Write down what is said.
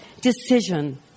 decision